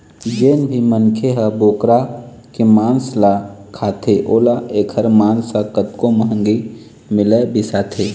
जेन भी मनखे ह बोकरा के मांस ल खाथे ओला एखर मांस ह कतको महंगी मिलय बिसाथे